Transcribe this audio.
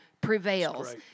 prevails